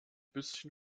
bisschen